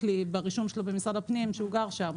לי ברישום שלו במשרד הפנים שהוא גר שם,